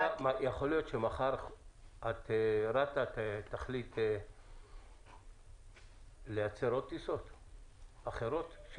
יכול להיות שמחר רת"א תחליט לייצר עוד טיסות אחרות?